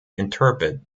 interpret